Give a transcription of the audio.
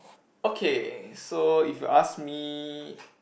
okay so if you ask me